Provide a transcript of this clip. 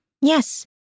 Yes